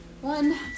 One